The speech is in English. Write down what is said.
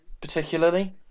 particularly